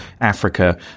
Africa